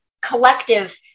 collective